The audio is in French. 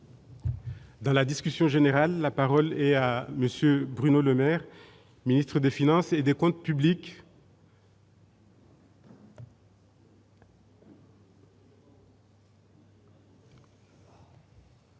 Dans la discussion générale, la parole est à monsieur Bruno Le Maire, ministre des Finances et des Comptes publics.